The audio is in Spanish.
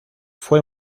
fue